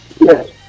Yes